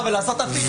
ולעשות הפיכה.